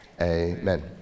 amen